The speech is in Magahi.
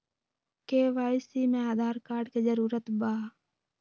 के.वाई.सी में आधार कार्ड के जरूरत बा?